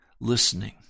listening